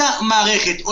אותה מערכת,